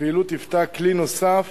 הפעילות היוותה כלי נוסף